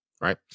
right